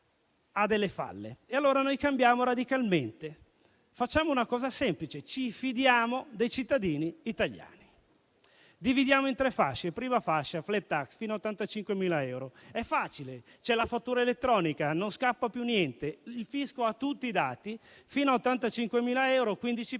ha delle falle e allora noi cambiamo radicalmente. Facciamo una cosa semplice: ci fidiamo dei cittadini italiani. Dividiamo le aliquote in tre fasce. La prima fascia (*flat tax*) è fino a 85.000 euro: è facile, c'è la fattura elettronica, non scappa più niente, il fisco ha tutti i dati; fino a 85.000 euro il